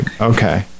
Okay